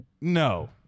No